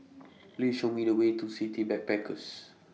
Please Show Me The Way to City Backpackers